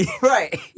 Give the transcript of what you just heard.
Right